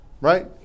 Right